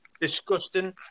Disgusting